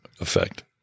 effect